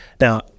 Now